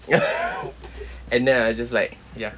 and then I'll just like ya